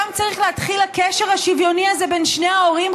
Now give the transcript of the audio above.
שם צריך להתחיל הקשר השוויוני הזה בין שני ההורים,